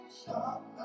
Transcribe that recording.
stop